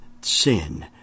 sin